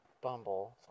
Bumble